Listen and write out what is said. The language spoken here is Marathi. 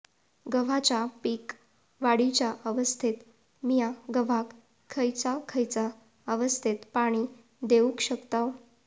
गव्हाच्या पीक वाढीच्या अवस्थेत मिया गव्हाक खैयचा खैयचा अवस्थेत पाणी देउक शकताव?